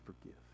forgive